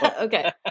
Okay